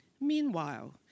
Meanwhile